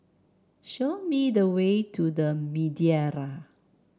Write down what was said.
show me the way to The Madeira